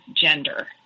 gender